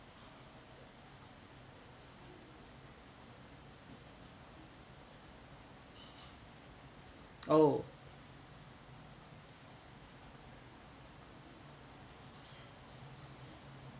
oh